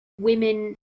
women